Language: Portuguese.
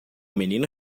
menino